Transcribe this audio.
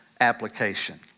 application